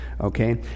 okay